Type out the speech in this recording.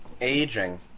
aging